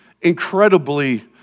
incredibly